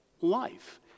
life